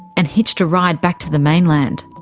and hitched a ride back to the mainland.